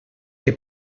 què